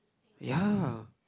ya